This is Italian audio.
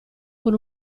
con